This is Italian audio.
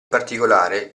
particolare